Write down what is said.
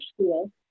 school